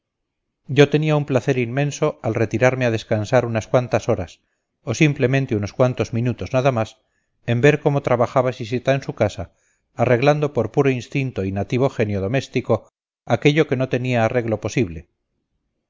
yo tenía un placer inmenso al retirarme a descansar unas cuantas horas o simplemente unos cuantos minutos nada más en ver cómo trabajaba siseta en su casa arreglando por puro instinto y nativo genio doméstico aquello que no tenía arreglo posible